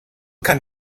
kann